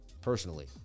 personally